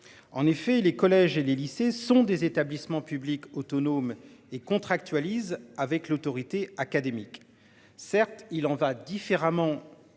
En effet, les collèges et les lycées sont des établissements publics autonomes et contractualisent avec l'autorité académique, certes, il en va différemment